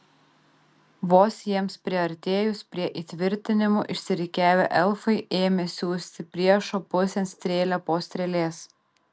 vos jiems priartėjus prie įtvirtinimų išsirikiavę elfai ėmė siųsti priešo pusėn strėlę po strėlės